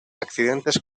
accidentes